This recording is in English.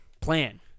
plan